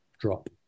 drop